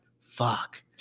Fuck